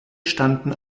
standen